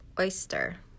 Oyster